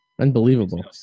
Unbelievable